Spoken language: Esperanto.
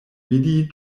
vidi